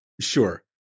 Sure